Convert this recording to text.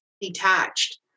detached